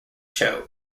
show